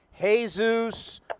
jesus